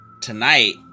Tonight